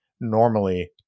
normally